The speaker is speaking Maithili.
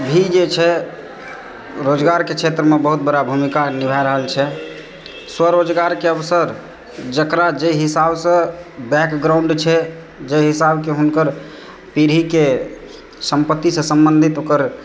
भी जे छै रोजगारके क्षेत्रमे बहुत बड़ा भूमिका निभा रहल छै स्वरोजगारके अवसर जेकरा जाहि हिसाबसँ बैकग्राऊण्ड छै जाहि हिसाबके हुनकर पीढ़ीके संपत्तिसँ संबन्धित ओकर